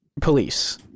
police